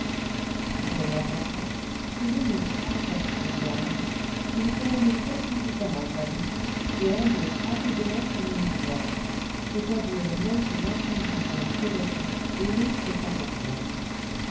un moment après si l'émeute approche et gagne il ferme précipitamment sa boutique et endosse rapidement son uniforme c'est-à-dire met ses marchandises en sûreté et risque sa personne